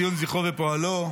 ציון זכרו ופועלו,